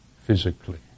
physically